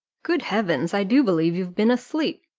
good heavens! i do believe you've been asleep.